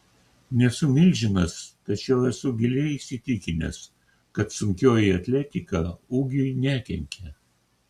nesu milžinas tačiau esu giliai įsitikinęs kad sunkioji atletika ūgiui nekenkia